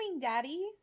Daddy